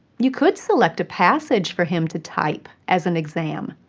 you could select a passage for him to type as an exam.